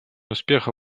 успеха